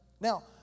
Now